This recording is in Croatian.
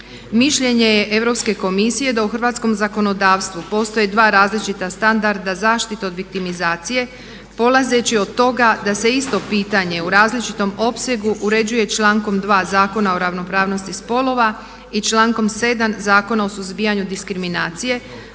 Mišljenje je Europske komisije da u Hrvatskom zakonodavstvu postoje dva različita standarda zaštite objektimizacije polazeći od toga da se isto pitanje u različitom opsegu uređuje člankom 2. Zakona o ravnopravnosti spolova i člankom 7. Zakona o suzbijanju diskriminacije